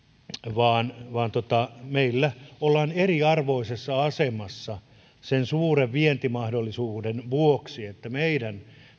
vaan vaan meillä ollaan eriarvoisessa asemassa sen suuren vientimahdollisuuden vuoksi meidän